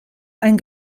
ein